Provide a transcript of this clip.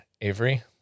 Avery